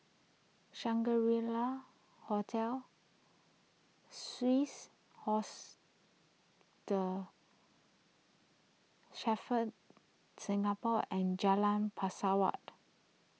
Shangri La Hotel Swiss the Singapore and Jalan Pesawat